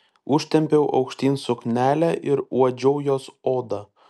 užtempiau aukštyn suknelę ir uodžiau jos odą